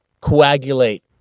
coagulate